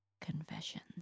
Confessions